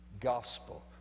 Gospel